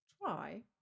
try